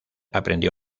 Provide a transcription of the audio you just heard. aprendió